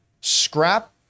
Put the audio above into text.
scrap